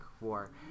war